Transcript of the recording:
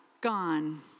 gone